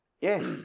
Yes